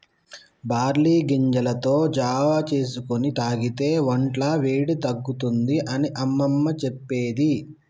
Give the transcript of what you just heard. barley గింజలతో జావా చేసుకొని తాగితే వొంట్ల వేడి తగ్గుతుంది అని అమ్మమ్మ చెప్పేది